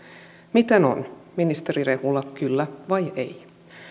miten on ministeri rehula kyllä vai ei